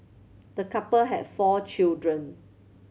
the couple had four children